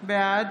בעד